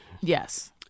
Yes